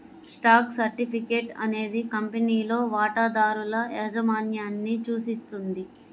stock certificate అనేది కంపెనీలో వాటాదారుల యాజమాన్యాన్ని సూచిస్తుంది